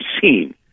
seen